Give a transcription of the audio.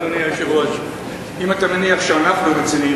אדוני היושב-ראש: אם אתה מניח שאנחנו רציניים,